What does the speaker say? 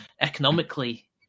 economically